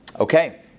Okay